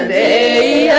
a